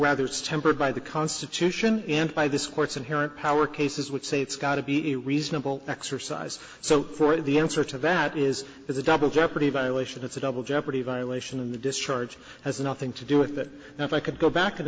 rather is tempered by the constitution and by this court's inherent power cases would say it's got to be a reasonable exercise so the answer to that is it's a double jeopardy violation it's a double jeopardy violation of the discharge has nothing to do with that and if i could go back and